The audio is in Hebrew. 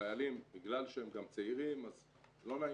החיילים בגלל שהם גם צעירים, אז לא נעים.